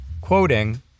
Quoting